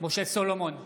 משה סולומון,